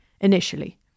initially